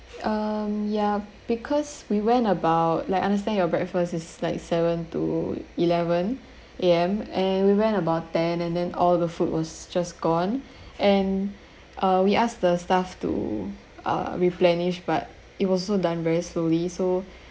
um ya because we went about like understand your breakfast is like seven to eleven A_M and we went about ten and then all the food was just gone and uh we ask the staff to uh replenished but it was so done very slowly so